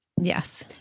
Yes